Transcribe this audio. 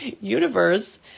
universe